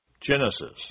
Genesis